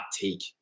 take